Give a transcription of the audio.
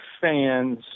fans